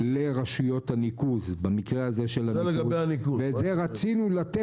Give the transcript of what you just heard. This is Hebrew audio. חיברנו את זה לליווי כלכלי --- לקח לכם שש שנים להקים את